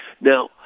now